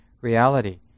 reality